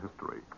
history